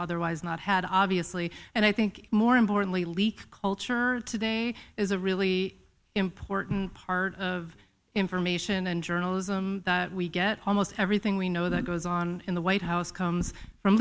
otherwise not had obviously and i think more importantly leak culture today is a really important part of information and journalism that we get almost everything we know that goes on in the white house comes from